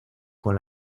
con